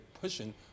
pushing